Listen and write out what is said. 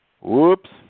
Whoops